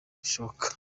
bishoboka